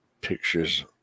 pictures